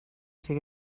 siga